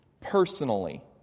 personally